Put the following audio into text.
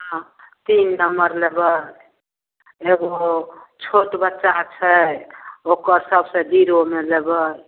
हँ तीन नम्मर लेबै एगो छोट बच्चा छै ओकर सबसँ जीरोमे लेबै